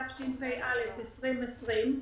התשפ"א-2020,